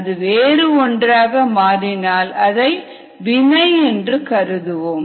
அது வேறு ஒன்றாக மாறினால் அதை வினை என்று கருதுவோம்